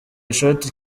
ishoti